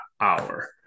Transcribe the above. hour